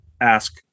ask